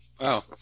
wow